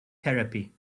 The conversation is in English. therapy